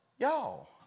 Y'all